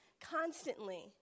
constantly